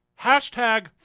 Hashtag